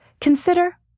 Consider